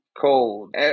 cold